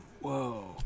whoa